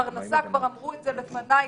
כבר אמרו את זה לפניי,